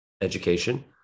education